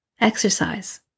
Exercise